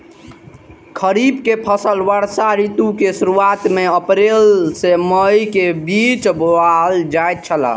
खरीफ के फसल वर्षा ऋतु के शुरुआत में अप्रैल से मई के बीच बौअल जायत छला